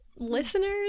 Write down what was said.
Listeners